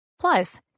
Plus